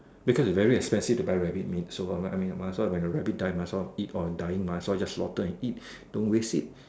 because it's very expensive to buy rabbit meat so I mean I might as well when the rabbit die must as well eat or dying mah so I just slaughter and eat don't waste it